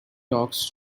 talks